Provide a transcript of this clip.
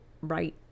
right